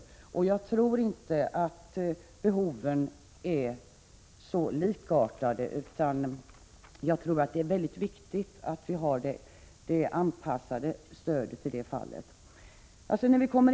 Jag tror inte att behoven är så likartade. Därför är det viktigt att vi i det fallet har ett anpassat stöd.